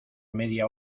media